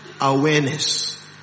awareness